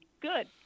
good